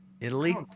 Italy